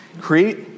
Create